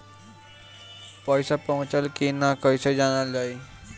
पैसा पहुचल की न कैसे जानल जाइ?